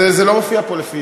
זה לא מופיע פה.